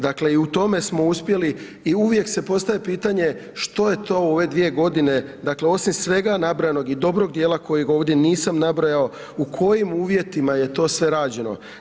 Dakle i u tome smo uspjeli i uvijek se postavlja pitanje što je to u ove dvije godine dakle osim svega nabrojanog i dobrog dijela kojeg ovdje nisam nabrojao, u kojim uvjetima je to sve rađeno.